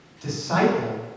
Disciple